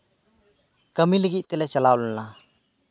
ᱠᱟᱹᱢᱤ ᱞᱟᱹᱜᱤᱫ ᱛᱮᱞᱮ ᱪᱟᱞᱟᱣ ᱞᱮᱱᱟ